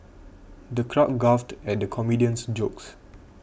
the crowd guffawed at the comedian's jokes